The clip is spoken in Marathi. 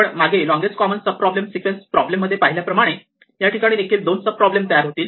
आपण मागे longest common subsequence problem मध्ये पाहिल्याप्रमाणे या ठिकाणी देखील दोन सब प्रॉब्लेम तयार होतील